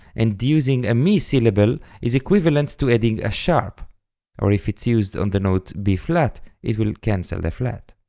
and using a mi syllable is equivalent to adding a sharp or if it is used on the note b-flat, it will cancel the flat.